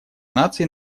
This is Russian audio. наций